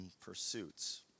pursuits